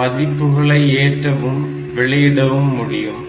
மதிப்புகளை ஏற்றவும் வெளியிடவும் முடியும்